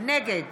נגד